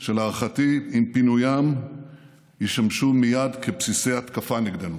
שלהערכתי עם פינוים ישמשו מייד כבסיסי התקפה נגדנו,